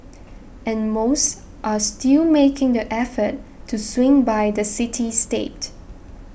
and most are still making the effort to swing by the city state